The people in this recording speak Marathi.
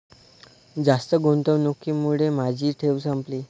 जास्त गुंतवणुकीमुळे माझी ठेव संपली